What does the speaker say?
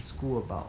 school about